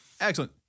excellent